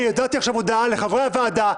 אני הודעתי עכשיו הודעה לחברי הוועדה.